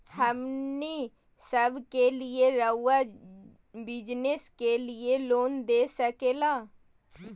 हमने सब के लिए रहुआ बिजनेस के लिए लोन दे सके ला?